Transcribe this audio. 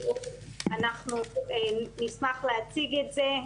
אנחנו נשמח להציג את זה.